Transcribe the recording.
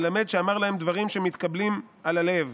מלמד שאמר להם דברים שמתקבלין על הלב,